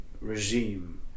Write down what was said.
regime